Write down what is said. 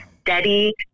steady